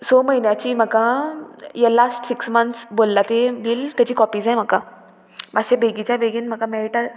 स म्हयन्याची म्हाका ये लास्ट सिक्स मंथ्स बरला ते बील तेजी कॉपी जाय म्हाका मातशे बेगीच्या बेगीन म्हाका मेळटा